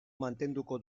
mantenduko